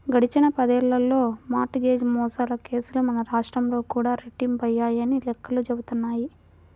గడిచిన పదేళ్ళలో mortgage మోసాల కేసులు మన రాష్ట్రంలో కూడా రెట్టింపయ్యాయని లెక్కలు చెబుతున్నాయి